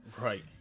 right